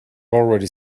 already